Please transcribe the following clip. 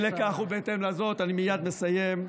אי לכך ובהתאם לזאת, אני מייד מסיים.